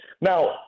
Now